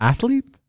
Athlete